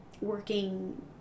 working